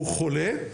הוא חולה,